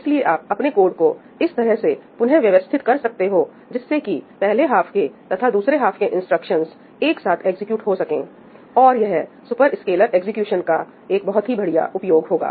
इसलिए आप अपने कोड को इस तरह से पुनः व्यवस्थित कर सकते हो जिससे कि पहले हाफ के तथा दूसरे हाफ के इंस्ट्रक्शंस एक साथ एग्जीक्यूट हो सकें और यह सुपर स्केलर एग्जीक्यूशन का एक बहुत ही बढ़िया उपयोग होगा